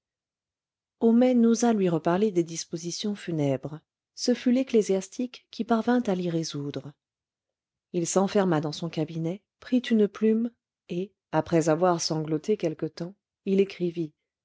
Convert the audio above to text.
homais n'osa lui reparler des dispositions funèbres ce fut l'ecclésiastique qui parvint à l'y résoudre il s'enferma dans son cabinet prit une plume et après avoir sangloté quelque temps il écrivit